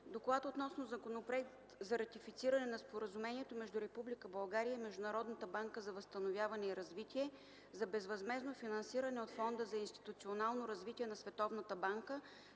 „ДОКЛАД относно Законопроект за ратифициране на Споразумението между Република България и Международната банка за възстановяване и развитие за безвъзмездно финансиране от Фонда за институционално развитие на Световната банка